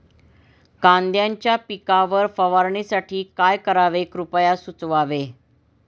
कांद्यांच्या पिकावर फवारणीसाठी काय करावे कृपया सुचवावे